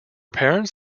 parents